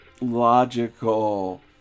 logical